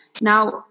Now